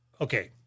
okay